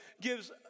gives